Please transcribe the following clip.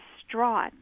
distraught